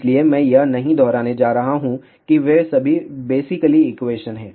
इसलिए मैं यह नहीं दोहराने जा रहा हूं कि वे सभी बेसिकली इक्वेशन हैं